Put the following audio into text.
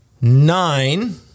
nine